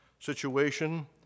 Situation